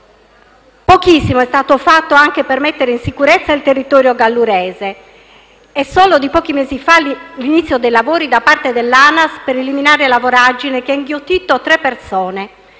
Pochissimo è stato fatto per mettere in sicurezza il territorio gallurese: è solo di pochi mesi fa l'inizio dei lavori da parte dell'ANAS per eliminare la voragine che ha inghiottito tre persone,